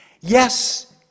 Yes